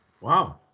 Wow